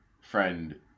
friend